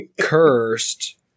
cursed